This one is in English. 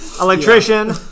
electrician